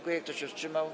Kto się wstrzymał?